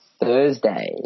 Thursday